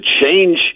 change